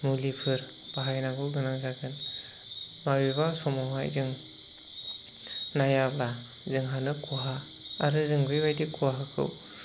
मुलिफोर बाहायनांगौ गोनां जागोन बबेबा समावहाय जों नायाब्ला जोंहानो खहा आरो जों बेबायदि खहाखौ